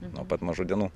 nuo pat mažų dienų